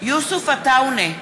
יוסף עטאונה,